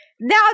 Now